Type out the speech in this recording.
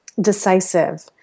decisive